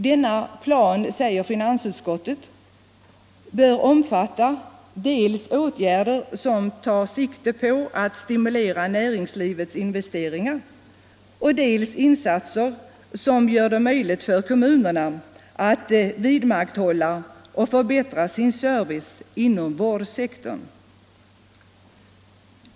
Denna plan, säger finansutskottet, ”bör omfatta dels åtgärder som tar sikte på att stimulera näringslivets investeringar, dels insatser som gör det möjligt för kommunerna att vidmakthålla och förbättra sin service inom vårdsektorn —-".